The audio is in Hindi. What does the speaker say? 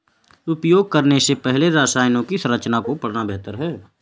उपयोग करने से पहले रसायनों की संरचना को पढ़ना बेहतर है